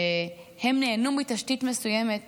שהם נהנו מתשתית מסוימת